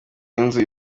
inzu